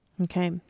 Okay